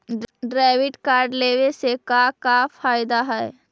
Debit card लेवे से का का फायदा है?